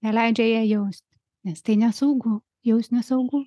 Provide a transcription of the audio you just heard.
neleidžia jai jaust nes tai nesaugu jaust nesaugu